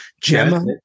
Gemma